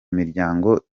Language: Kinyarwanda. miryango